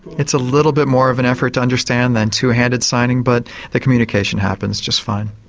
it's a little bit more of an effort to understand than two-handed signing, but the communication happens just fine.